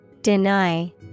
deny